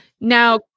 Now